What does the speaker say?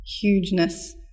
hugeness